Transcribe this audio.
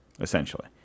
essentially